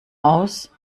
aus